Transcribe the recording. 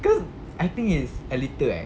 cause I think it's a litre eh